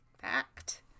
fact